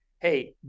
Hey